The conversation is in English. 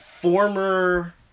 former